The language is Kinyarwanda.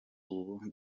ubu